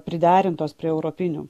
priderintos prie europinių